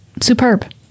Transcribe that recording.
superb